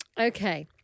Okay